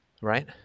Right